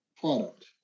product